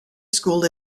school